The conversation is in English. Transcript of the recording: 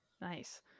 nice